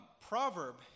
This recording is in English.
proverb